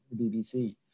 BBC